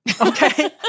Okay